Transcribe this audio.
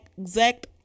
exact